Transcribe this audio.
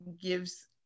gives